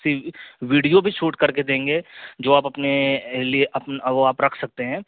سی video بھی shoot کر کے دیں گے جو آپ اپنے لیے وہ آپ رکھ سکتے ہیں